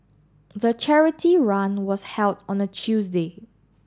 the charity run was held on a Tuesday